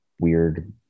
weird